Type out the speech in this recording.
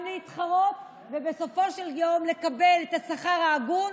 גם להתחרות, ובסופו של יום לקבל את השכר ההגון